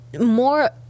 more